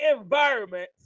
environments